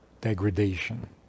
degradation